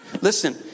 Listen